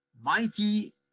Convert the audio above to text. mighty